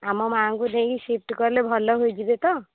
ଆମ ମା'ଙ୍କୁ ନେଇକି ସିଫ୍ଟ୍ କଲେ ଭଲ ହୋଇଯିବେ ତ